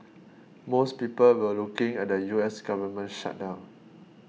most people were looking at the U S government shutdown